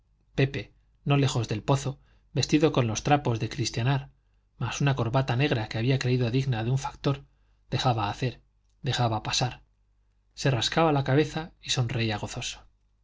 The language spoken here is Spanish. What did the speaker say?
pepe no lejos del pozo vestido con los trapos de cristianar más una corbata negra que había creído digna de un factor dejaba hacer dejaba pasar se rascaba la cabeza y sonreía gozoso